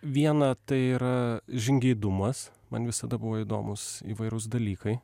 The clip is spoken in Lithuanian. viena tai yra žingeidumas man visada buvo įdomūs įvairūs dalykai